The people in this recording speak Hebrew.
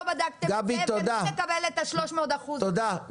גבי, תודה.